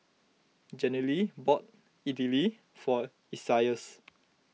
Jenilee bought Idili for Isaias